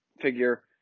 figure